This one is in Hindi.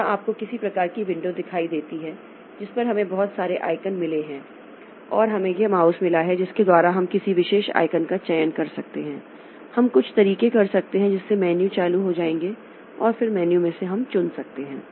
जहाँ आपको किसी प्रकार की विंडो दिखाई देती है जिस पर हमें बहुत सारे आइकन मिलते हैं और हमें यह माउस मिला है जिसके द्वारा हम किसी विशेष आइकन का चयन कर सकते हैं हम कुछ तरीके कर सकते हैं जिससे मेनू चालू हो जाएंगे और फिर मेनू से हम चुन सकते हैं